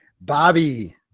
Bobby